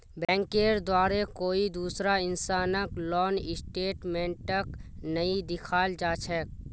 बैंकेर द्वारे कोई दूसरा इंसानक लोन स्टेटमेन्टक नइ दिखाल जा छेक